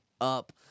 up